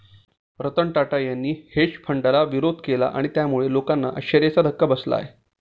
रतन टाटा यांनी हेज फंडाला विरोध केला आणि त्यामुळे लोकांना आश्चर्याचा धक्का बसला आहे